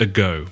Ago